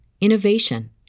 innovation